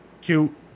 Cute